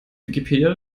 wikipedia